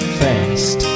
fast